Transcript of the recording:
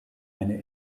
einer